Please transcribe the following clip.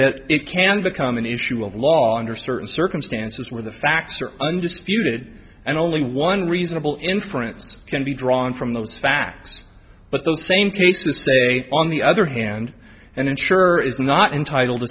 that it can become an issue of law under certain circumstances where the facts are undisputed and only one reasonable inference can be drawn from those facts but the same case is say on the other hand and insurer is not entitled to